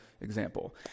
example